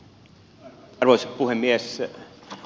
arvoisa puhemies